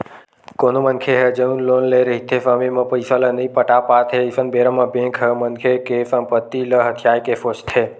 कोनो मनखे ह जउन लोन लेए रहिथे समे म पइसा ल नइ पटा पात हे अइसन बेरा म बेंक ह मनखे के संपत्ति ल हथियाये के सोचथे